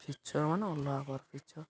picture ମାନେ ଅଲଗା ପ୍ରକାର ପିକ୍ଚର୍